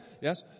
yes